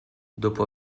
dopo